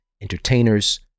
entertainers